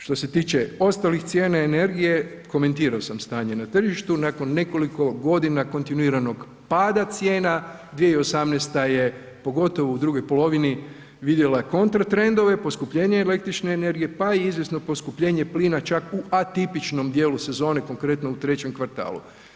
Što se tiče ostalih cijena energije, komentirao sam stanje na tržištu, nakon nekoliko godina kontinuiranog pada cijena 2018. je pogotovo u drugoj polovini vidjela kontra trendove, poskupljenje električne energije, pa i izvjesno poskupljenje plina, čak u atipičnom dijelu sezone, konkretno u trećem kvartalu.